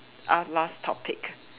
ah last topic